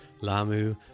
Lamu